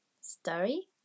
story